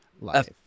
life